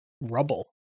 rubble